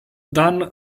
dan